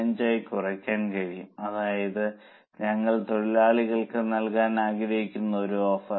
75 ആയി കുറയ്ക്കാൻ കഴിയും അതാണ് ഞങ്ങൾ തൊഴിലാളികൾക്ക് നൽകാൻ ആഗ്രഹിക്കുന്ന ഒരു ഓഫർ